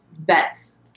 vets